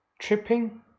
Tripping